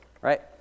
right